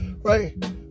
Right